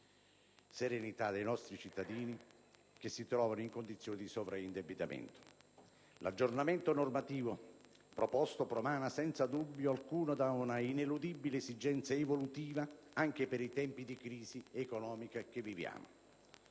serenità dei nostri concittadini che si trovano in condizioni di sovraindebitamento. L'aggiornamento normativo proposto promana senza dubbio alcuno da una ineludibile esigenze evolutiva, anche per i tempi di crisi economica che viviamo.